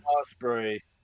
osprey